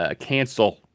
ah cancel.